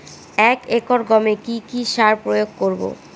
এক একর গমে কি কী সার প্রয়োগ করব?